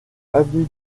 avenue